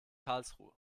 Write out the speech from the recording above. karlsruhe